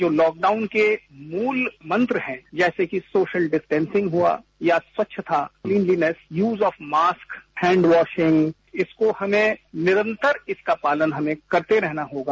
जो लॉकडाउन के मूल मंत्र हैं जैसे की सोशल डिस्टेसिंग हुआ या स्वच्छता cleanliness use of mask hand washing इसकों हमें निरंतर इसका पालन हमें करते रहना होगा